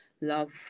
love